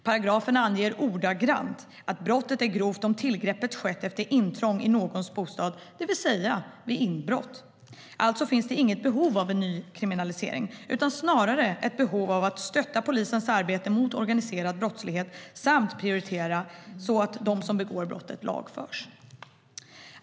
Paragrafen anger ordagrant att brottet är grovt om tillgreppet skett efter intrång i någons bostad, det vill säga vid inbrott. Alltså finns det inget behov av en nykriminalisering utan snarare ett behov av att stötta polisens arbete mot organiserad brottslighet samt att prioritera så att de som begår brottet lagförs.